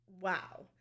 wow